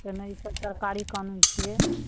तैमे ईसब सरकारी कानून छियै